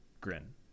grin